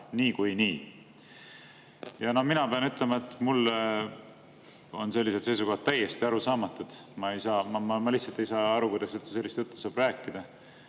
niikuinii. Mina pean ütlema, et mulle on sellised seisukohad täiesti arusaamatud. Ma lihtsalt ei saa aru, kuidas üldse sellist juttu saab rääkida,